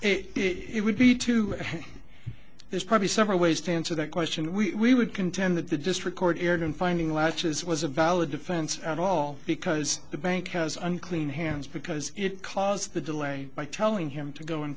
it would be too there's probably several ways to answer that question we would contend that the just record erred in finding latches was a valid defense at all because the bank has unclean hands because it caused a delay by telling him to go